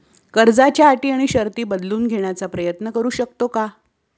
कर्जाच्या अटी व शर्ती बदलून घेण्याचा प्रयत्न करू शकतो का?